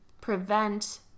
prevent